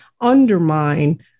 undermine